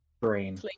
brain